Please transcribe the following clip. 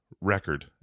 record